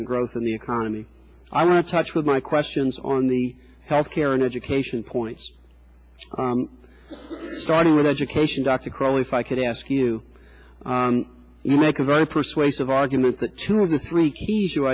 and growth in the economy i want to touch with my questions on the health care and education points starting with education dr crowley if i could ask you you make a very persuasive argument that two of the three keys you